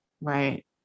Right